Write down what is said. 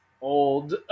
old